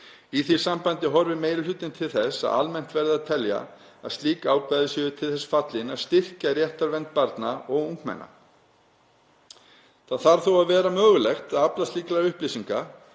Í því sambandi horfir meiri hlutinn til þess að almennt verði að telja að slík ákvæði séu til þess fallin að styrkja réttarvernd barna og ungmenna. Það þarf þó að vera mögulegt að afla slíkra upplýsinga